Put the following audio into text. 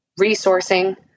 resourcing